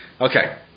Okay